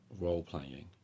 role-playing